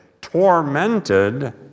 tormented